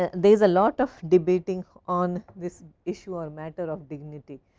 ah there is a lot of debating on this issue or matter of dignity.